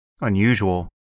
unusual